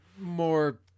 More